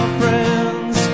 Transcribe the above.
friends